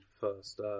first